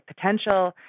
potential